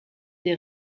des